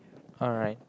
alright